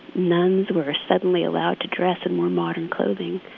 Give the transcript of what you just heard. nuns were suddenly allowed to dress in more modern clothing.